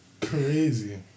Crazy